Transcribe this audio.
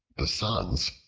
the sons,